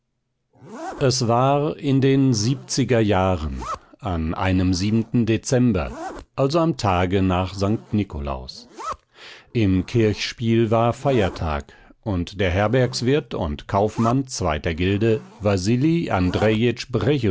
es war in den siebziger jahren an einem dezember also am tage nach st nikolaus im kirchspiel war feiertag und der herbergswirt und kaufmann zweiter gilde wasili